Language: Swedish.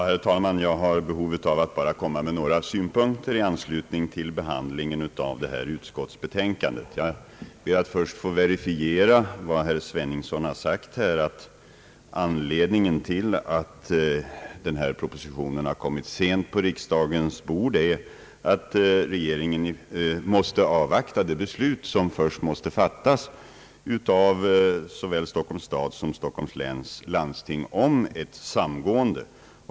Herr talman! Jag har behov av att komma med några synpunkter i anslutning till behandlingen av detta utskottsutlåtande. Jag ber till en början att få verifiera vad herr Sveningsson sagt, nämligen att anledningen till att denna proposition kommit sent på riksdagen bord är att regeringen varit tvungen avvakta de beslut som först måste fattas av såväl Stockholms stad som Stockholms läns landsting om ett samgående.